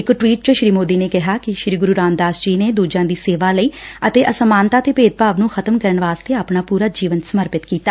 ਇਕ ਟਵੀਟ ਚ ਸ੍ਰੀ ਮੋਦੀ ਨੇ ਕਿਹੈ ਕਿ ਸ੍ਰੀ ਗੁਰੁ ਰਾਮਦਾਸ ਜੀ ਨੇ ਦੁਜਿਆਂ ਦੀ ਸੇਵਾ ਲਈ ਅਤੇ ਅਸਮਾਨਤਾ ਤੇ ਭੇਦਭਾਵ ਨੰ ਖ਼ਤਮ ਕਰਨ ਵਾਸਤੇ ਆਪਣਾ ਪੁਰਾ ਜੀਵਨ ਸਮਰਪਿਤ ਕੀਤਾ